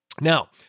Now